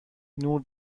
نور